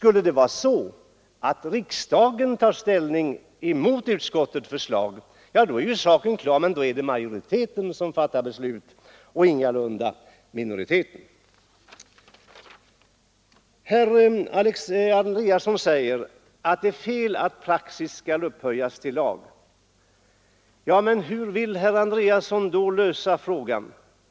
Om riksdagen skulle ta ställning emot utskottets förslag, då är saken klar — men då är det majoriteten som fattar det beslutet och ingalunda minoriteten. Herr Andreasson i Östra Ljungby säger att det är fel att praxis skall upphöjas till lag. Men hur vill herr Andreasson då lösa problemet?